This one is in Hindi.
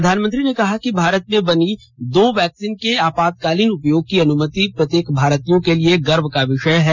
प्रधानमंत्री ने कहा कि भारत में बनी दो वैक्सीन के आपातकालीन उपयोग की अनुमति प्रत्येक भारतीय के लिए गर्व का विषय है